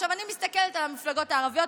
אני מסתכלת על המפלגות הערביות,